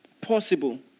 possible